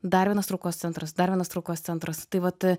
dar vienas traukos centras dar vienas traukos centras tai vat